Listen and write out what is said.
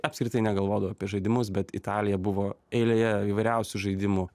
apskritai negalvodavo apie žaidimus bet italija buvo eilėje įvairiausių žaidimų